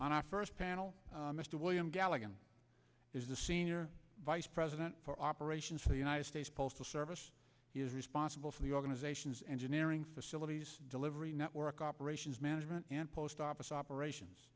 on our first panel mr william galligan is the senior vice president for operations for the united states postal service is responsible for the organization's engineering facilities delivery network operations management and post office operations